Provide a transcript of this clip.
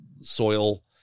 soil